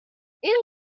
این